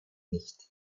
nicht